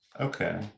Okay